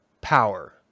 power